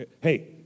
Hey